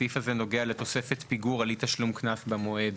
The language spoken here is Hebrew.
הסעיף הזה נוגע לתוספת פיגור על אי תשלום קנס במועד.